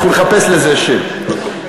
אנחנו נחפש לזה שם.